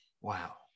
Wow